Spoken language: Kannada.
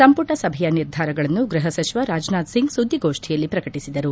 ಸಂಪುಟ ಸಭೆಯ ನಿರ್ಧಾರಗಳನ್ನು ಗೃಹ ಸಚಿವ ರಾಜನಾಥ್ ಸಿಂಗ್ ಸುದ್ದಿಗೋಷ್ಠಿಯಲ್ಲಿ ಪ್ರಕಟಿಸಿದರು